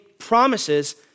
promises